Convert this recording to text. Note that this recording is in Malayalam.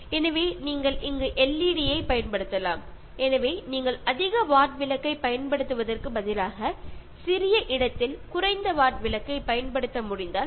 ഒരു ചെറിയ സ്ഥലത്തേക്കൊക്കെ വലിയ വാട്ട് ബൾബ് ഉപയോഗിക്കാതെ വൈദ്യുതി വളരെ കുറച്ച് ഉപയോഗിക്കുന്ന എൽ ഇ ഡി ബൾബുകൾ ഉപയോഗിച്ചാൽ വളരെ നന്നായിരിക്കും